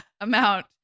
amount